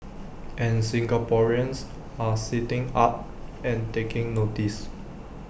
and Singaporeans are sitting up and taking notice